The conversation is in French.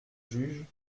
juge